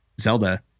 Zelda